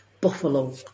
Buffalo